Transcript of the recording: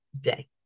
day